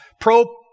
pro